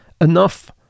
enough